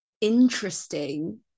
interesting